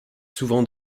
souvent